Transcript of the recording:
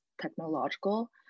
technological